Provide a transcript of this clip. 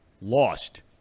lost